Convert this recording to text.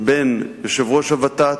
בין יושב-ראש הות"ת,